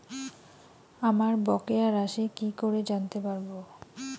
আমার বকেয়া রাশি কি করে জানতে পারবো?